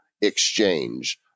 Exchange